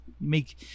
make